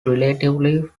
relatively